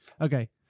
Okay